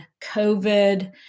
COVID